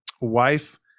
wife